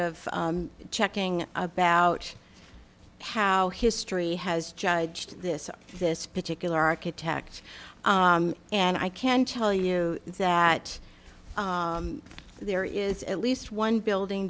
of checking about how history has judged this this particular architect and i can tell you that there is at least one building